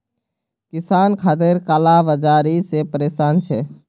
किसान खादेर काला बाजारी से परेशान छे